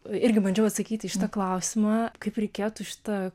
irgi bandžiau atsakyti į šitą klausimą kaip reikėtų šitą